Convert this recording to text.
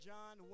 John